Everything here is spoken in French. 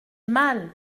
mal